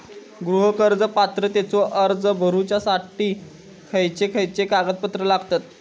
गृह कर्ज पात्रतेचो अर्ज भरुच्यासाठी खयचे खयचे कागदपत्र लागतत?